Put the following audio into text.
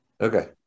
Okay